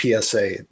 PSA